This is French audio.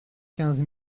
quinze